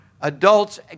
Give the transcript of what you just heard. adults